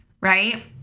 right